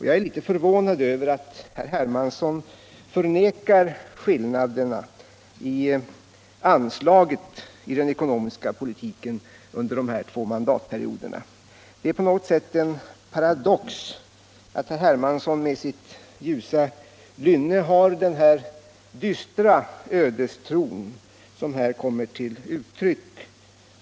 Jag är litet förvånad över att herr Hermansson förnekade skillnaderna i anslaget i den ekonomiska politiken under dessa två mandatperioder. Det är på något sätt en paradox att herr Hermansson med sitt ljusa lynne har denna dystra ödestro, som här kommer till uttryck.